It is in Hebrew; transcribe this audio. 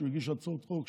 שהוא הגיש הצעות חוק,